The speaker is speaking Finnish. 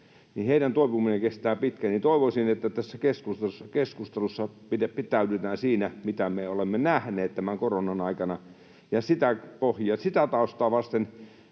heidän toipumisensa kestää pitkään. Toivoisin, että tässä keskustelussa pitäydytään siinä, mitä me olemme nähneet tämän koronan aikana, ja sitä taustaa vasten